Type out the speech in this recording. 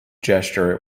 gesture